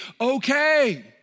Okay